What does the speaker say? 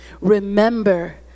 Remember